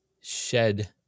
shed